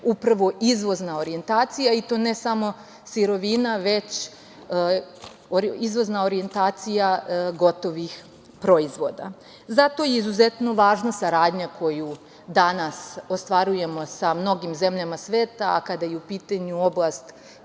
upravo izvozna orjentacija i to ne samo sirovina već, izvozna orjentacija gotovih proizvoda. Zato je izuzetno važno saradnja koju danas ostvarujemo sa mnogim zemljama sveta, a kada je u pitanju oblast